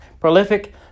prolific